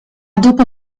dopo